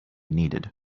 needed